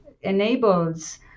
enables